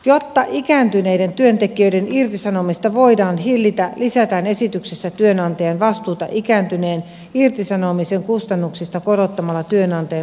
jotta ikääntyneiden työntekijöiden irtisanomista voidaan hillitä lisätään esityksessä työnantajan vastuuta ikääntyneen irtisanomisen kustannuksista korottamalla työnantajan omavastuumaksua